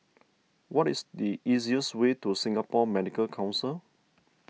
what is the easiest way to Singapore Medical Council